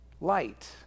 light